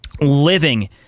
living